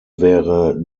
wäre